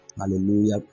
Hallelujah